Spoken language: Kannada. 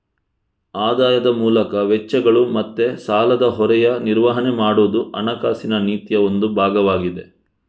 ಆದಾಯದ ಮೂಲಕ ವೆಚ್ಚಗಳು ಮತ್ತೆ ಸಾಲದ ಹೊರೆಯ ನಿರ್ವಹಣೆ ಮಾಡುದು ಹಣಕಾಸಿನ ನೀತಿಯ ಒಂದು ಭಾಗವಾಗಿದೆ